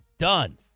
Done